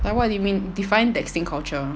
but what do you mean define texting culture